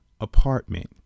apartment